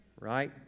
right